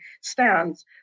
stands